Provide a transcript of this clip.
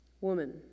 Woman